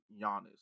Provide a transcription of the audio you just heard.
Giannis